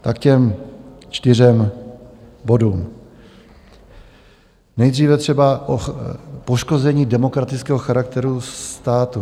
K těm čtyřem bodům nejdříve třeba poškození demokratického charakteru státu.